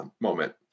moment